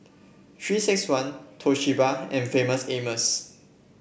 Three six one Toshiba and Famous Amos